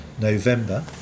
November